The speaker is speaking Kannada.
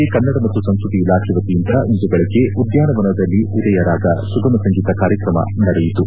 ಗದಗದಲ್ಲಿ ಕನ್ನಡ ಮತ್ತು ಸಂಸ್ಟತಿ ಇಲಾಖೆ ವತಿಯಿಂದ ಇಂದು ಬೆಳಗ್ಗೆ ಉದ್ಯಾನವನದಲ್ಲಿ ಉದಯರಾಗ ಸುಗಮ ಸಂಗೀತ ಕಾರ್ಯಕ್ರಮ ನಡೆಯಿತು